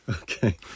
Okay